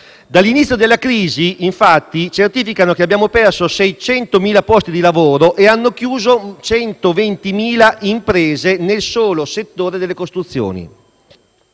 dall'inizio della crisi, infatti, certificano che abbiamo perso 600.000 posti di lavoro e hanno chiuso 120.000 imprese nel solo settore delle costruzioni;